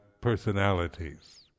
personalities